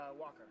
Walker